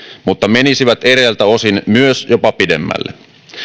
mutta menisivät eräiltä osin myös jopa pidemmälle